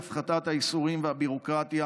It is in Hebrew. להפחתת הייסורים והביורוקרטיה